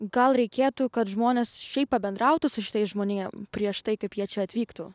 gal reikėtų kad žmonės šiaip pabendrautų su šitais žmonėm prieš tai kaip jie čia atvyktų